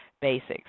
basics